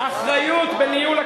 זה הכול במדינה שלנו?